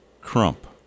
Crump